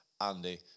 Andy